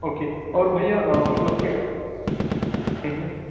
okay और भइया मतलब के